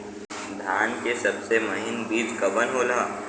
धान के सबसे महीन बिज कवन होला?